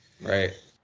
Right